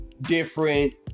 different